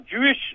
Jewish